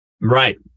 Right